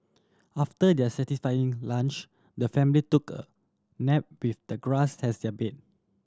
after their satisfying lunch the family took a nap with the grass as their bed